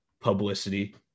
publicity